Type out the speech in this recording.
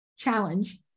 Challenge